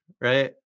right